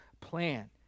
plan